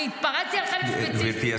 אני התפרצתי לחלק ספציפי.